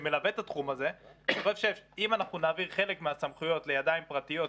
שמלווה את התחום הזה - שאם אנחנו נעביר חלק מהסמכויות לידיים פרטיות,